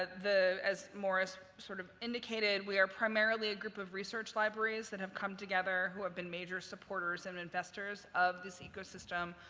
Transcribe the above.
ah as maurice sort of indicated, we are primarily a group of research libraries that have come together who have been major supporters and investors of this ecosystem.